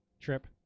trip